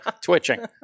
twitching